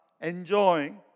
enjoying